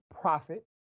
profit